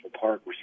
Park